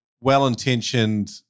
well-intentioned